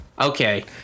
Okay